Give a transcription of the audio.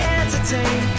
entertain